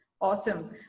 Awesome